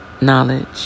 knowledge